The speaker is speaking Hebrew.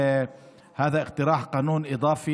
(אומר דברים בשפה הערבית,